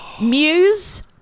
Muse